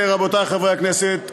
רבותי חברי הכנסת,